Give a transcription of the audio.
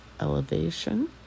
elevation